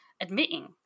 Admitting